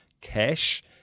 cash